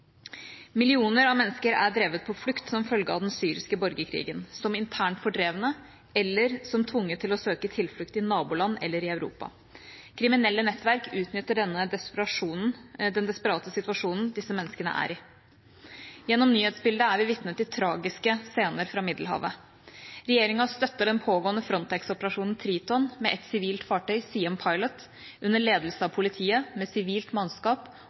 Millioner av mennesker er drevet på flukt som følge av den syriske borgerkrigen, som internt fordrevne eller tvunget til å søke tilflukt i naboland eller i Europa. Kriminelle nettverk utnytter den desperate situasjonen disse menneskene er i. Gjennom nyhetsbildet er vi vitne til tragiske scener fra Middelhavet. Regjeringa støtter den pågående Frontex-operasjonen Triton med et sivilt fartøy, Siem Pilot, under ledelse av politiet med sivilt mannskap